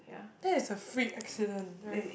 there is a freak accident right